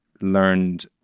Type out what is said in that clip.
learned